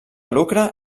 lucre